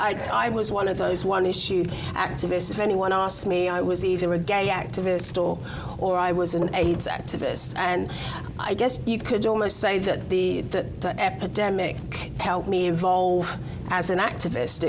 that i was one of those one issue activists if anyone asked me i was either a gay activist or or i was an aids activist and i guess you could almost say that the the epidemic help me evolve as an activist